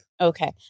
Okay